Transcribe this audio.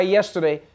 yesterday